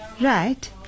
Right